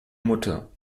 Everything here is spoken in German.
mutter